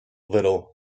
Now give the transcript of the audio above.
little